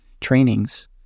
trainings